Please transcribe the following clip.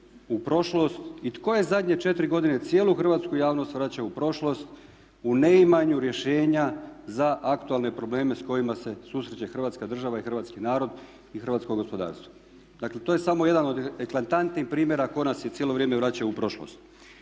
u prošlost i tko je zadnje 4 godine cijelu hrvatsku javnost vraćao u prošlost u neimanju rješenja za aktualne probleme s kojima se susreće Hrvatska država i hrvatski narod i hrvatsko gospodarstvo. Dakle to je samo jedan od eklatantnih primjera tko nas je cijelo vrijeme vraćao u prošlost.